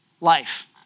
life